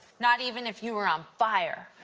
not even if you were on fire.